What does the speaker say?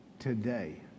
Today